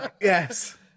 yes